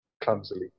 clumsily